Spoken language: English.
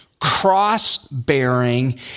Cross-bearing